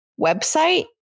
website